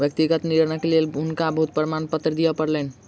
व्यक्तिगत ऋणक लेल हुनका बहुत प्रमाणपत्र दिअ पड़लैन